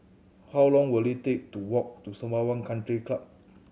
how long will it take to walk to Sembawang Country Club